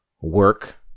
work